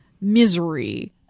misery